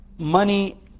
money